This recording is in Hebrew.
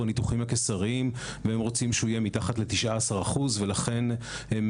הניתוחים הקיסריים והם רוצים שהוא יהיה מתחת ל-19% ולכן הם